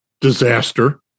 disaster